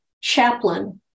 chaplain